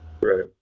Right